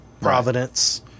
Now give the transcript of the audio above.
Providence